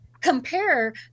compare